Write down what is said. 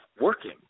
working